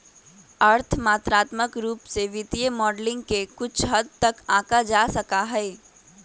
अर्थ मात्रात्मक रूप से वित्तीय मॉडलिंग के कुछ हद तक आंका जा सका हई